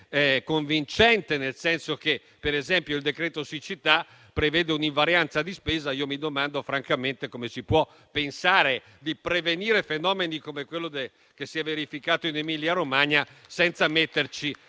convincente. Penso, per esempio, al decreto-legge siccità, che prevede un'invarianza di spesa per cui mi domando francamente come si possa pensare di prevenire fenomeni come quello che si è verificato in Emilia Romagna senza metterci